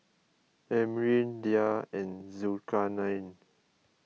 Amrin Dhia and Zulkarnain